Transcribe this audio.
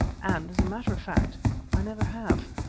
and as a matter of fact i never have.